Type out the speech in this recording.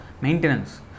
maintenance